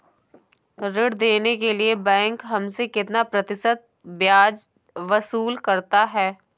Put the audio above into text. ऋण देने के लिए बैंक हमसे कितना प्रतिशत ब्याज वसूल करता है?